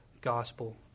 gospel